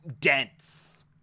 dense